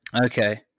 okay